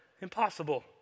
impossible